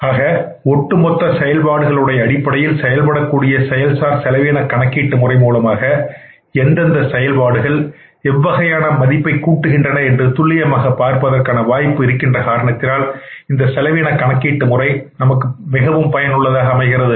ஆக ஒட்டுமொத்த செயல்பாடுகள்டைய அடிப்படையில் செயல்படக்கூடிய செயல் சார் செலவின கணக்கீட்டு முறை மூலமாக எந்தெந்த செயல்பாடுகள் எவ்வகையான மதிப்பைக் கூட்டுகின்றன என்று துல்லியமாக பார்ப்பதற்கான வாய்ப்பு இருக்கின்ற காரணத்தினால் இந்த செலவின கணக்கீட்டு முறை நமக்கு பயனுள்ளதாக அமைகிறது